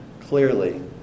clearly